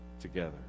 together